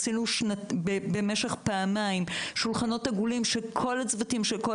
עשינו פעמיים שולחנות עגולים שכל הצוותים של כל